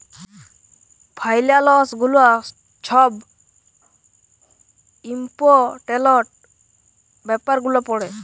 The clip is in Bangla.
ফাইলালস গুলা ছব ইম্পর্টেলট ব্যাপার গুলা পড়ে